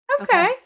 okay